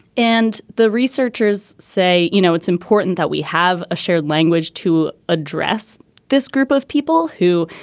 and the researchers say, you know, it's important that we have a shared language to address this group of people who,